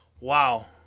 Wow